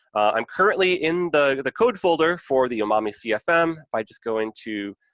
i'm currently in the the code folder for the umami cfm. if i just go into,